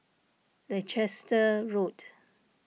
Leicester Road